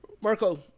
Marco